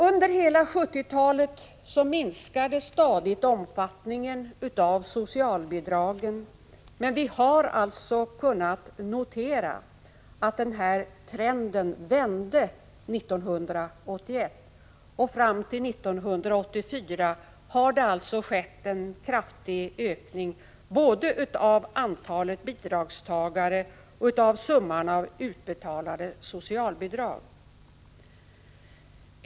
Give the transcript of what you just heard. Under hela 1970-talet minskade omfattningen av socialbidragen stadigt, men vi har kunnat notera att trenden vände 1981, och fram till 1984 har det skett en kraftig ökning både av antalet bidragstagare och av summan utbetalade socialbidrag.